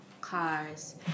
cars